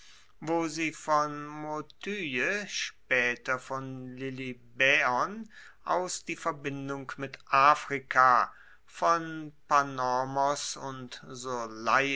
wo sie von motye spaeter von lilybaeon aus die verbindung mit afrika von panormos und